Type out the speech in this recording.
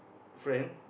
friend